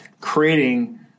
creating